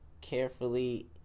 carefully